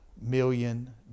million